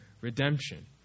redemption